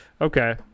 Okay